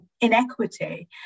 inequity